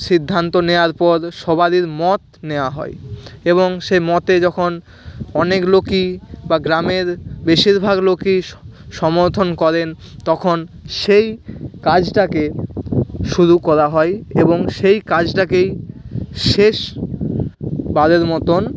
সিদ্ধান্ত নেওয়ার পর সবারির মত নেওয়া হয় এবং সেই মতে যখন অনেক লোকই বা গ্রামের বেশিরভাগ লোকই সমর্থন করেন তখন সেই কাজটাকে শুরু করা হয় এবং সেই কাজটাকেই শেষ বারের মতোন